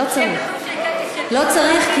לא צריך,